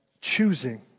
choosing